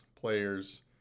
players